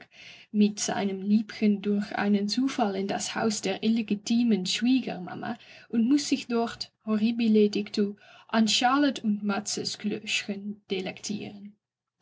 mit seinem liebchen durch einen zufall in das haus der illegitimen schwiegermama und muß sich dort horribile dictu an schalet und mazzesklößchen delektieren